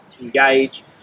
engage